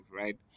right